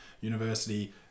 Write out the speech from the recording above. university